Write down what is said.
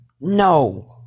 no